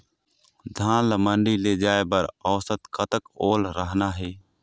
धान ला मंडी ले जाय बर औसत कतक ओल रहना हे?